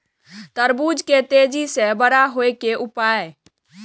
तरबूज के तेजी से बड़ा होय के उपाय?